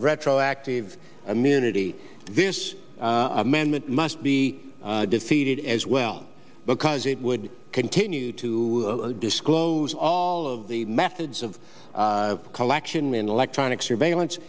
retroactive immunity this amendment must be defeated as well because it would continue to disclose all of the methods of collection and electronic surveillance